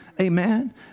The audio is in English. Amen